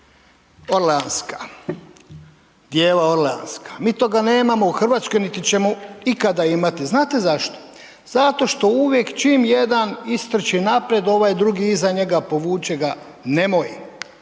Orleanska. Djeva Orleanska, mi toga nemamo u Hrvatskoj niti ćemo ikada imati, znate zašto? Zato što uvijek čim jedan istrči naprijed, ovaj drugi iza njega, povuče ga, nemoj,